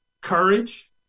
Courage